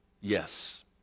yes